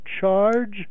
charge